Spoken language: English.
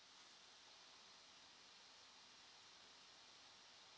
meh